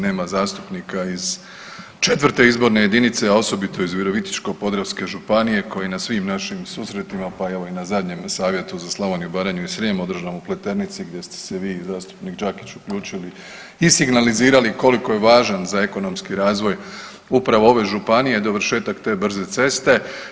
Nema zastupnika iz 4. izborne jedinice, a osobito iz Virovitičko-podravske županije koji je na svim našim susretima, pa evo i na zadnjem savjetu za Slavoniju, Baranju i Srijem održanom u Pleternici gdje se vi i zastupnik Đakić uključili i signalizirali koliko je važan za ekonomski razvoj upravo ove županije dovršetak te brze ceste.